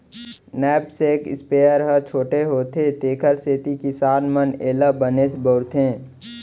knapsack sprayer ह छोटे होथे तेकर सेती किसान मन एला बनेच बउरथे